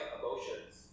emotions